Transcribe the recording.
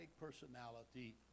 personality